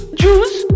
juice